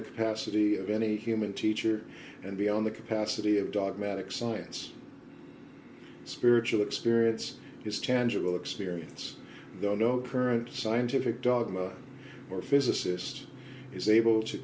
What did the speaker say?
the capacity of any human teacher and beyond the capacity of dogmatic science spiritual experience is tangible experience though no current scientific dogma or physicist is able to